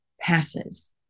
passes